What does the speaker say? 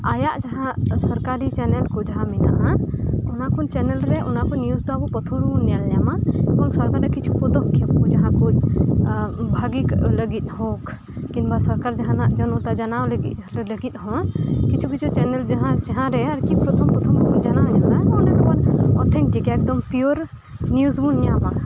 ᱟᱭᱟᱜ ᱡᱟᱦᱟᱸ ᱥᱚᱨᱠᱟᱨᱤ ᱪᱮᱱᱮᱞ ᱠᱚ ᱡᱟᱦᱟᱸ ᱢᱮᱱᱟᱜᱼᱟ ᱚᱱᱟ ᱠᱚ ᱪᱮᱱᱮᱞ ᱨᱮ ᱚᱱᱠᱚ ᱱᱤᱭᱩᱡ ᱫᱚ ᱯᱚᱨᱛᱷᱚᱢ ᱨᱮᱵᱚ ᱧᱮᱞ ᱧᱟᱢᱟ ᱮᱵᱚᱝ ᱥᱚᱠᱟᱨᱟᱜ ᱠᱤᱪᱷᱩ ᱯᱚᱫᱚᱠᱷᱮᱯ ᱠᱚ ᱡᱟᱦᱟᱸ ᱠᱚ ᱵᱷᱟᱹᱜᱤ ᱞᱟᱹᱜᱤᱫ ᱦᱳᱠ ᱠᱤᱝᱵᱟ ᱥᱚᱨᱠᱟᱨ ᱡᱟᱦᱟᱸᱱᱟᱜ ᱡᱚᱱᱚᱛᱟ ᱡᱟᱱᱟᱣ ᱞᱟᱹᱜᱤᱫ ᱦᱚᱸ ᱠᱤᱪᱷᱩ ᱠᱤᱪᱷᱩ ᱪᱮᱱᱮᱞ ᱡᱟᱦᱟᱸᱨᱮ ᱟᱨᱠᱤ ᱯᱨᱚᱛᱷᱚᱢ ᱯᱨᱚᱛᱷᱚᱢ ᱡᱟᱱᱟᱣ ᱦᱩᱭᱩᱜᱼᱟ ᱚᱸᱰᱮᱫᱚ ᱚᱛᱷᱮᱱᱴᱤᱠ ᱮᱠᱫᱚᱢ ᱯᱤᱭᱳᱨ ᱱᱤᱭᱩᱡ ᱵᱚᱱ ᱧᱟᱢᱟ